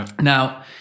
Now